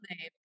name